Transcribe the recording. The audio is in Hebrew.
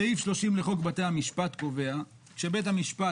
סעיף 30 לחוק בתי המשפט קובע שבית המשפט